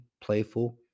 playful